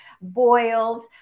boiled